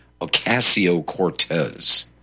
Ocasio-Cortez